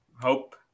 hope